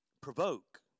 Provoke